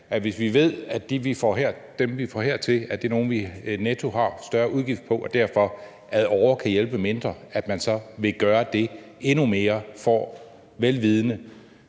hvis vi ved, at dem, vi får hertil, er nogle, vi netto har større udgift på og derfor ad åre kan hjælpe mindre – vil gøre det endnu mere, vel vidende